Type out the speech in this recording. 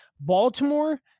Baltimore